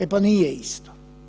E pa nije isto.